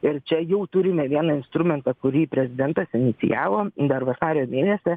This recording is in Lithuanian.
ir čia jau turime vieną instrumentą kurį prezidentas inicijavo dar vasario mėnesį